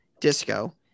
disco